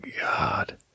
God